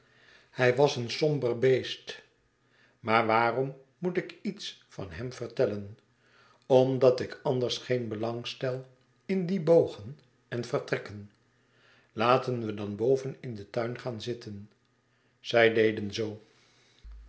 hij was een somber beest maar waarom moet ik iets van hem vertellen omdat ik anders geen belang stel in die bogen en vertrekken laten we dan boven in den tuin gaan zitten zij deden zoo